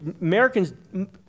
Americans